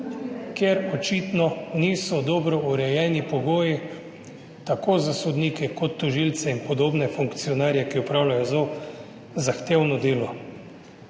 Ker očitno niso dobro urejeni pogoji tako za sodnike kot za tožilce in podobne funkcionarje, ki opravljajo zelo zahtevno delo.